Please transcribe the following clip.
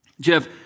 Jeff